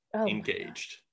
engaged